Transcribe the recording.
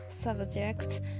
subjects